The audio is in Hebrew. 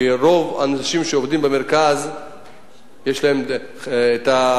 כי רוב האנשים שעובדים במרכז יש להם רכב,